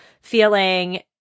feeling